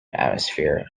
atmosphere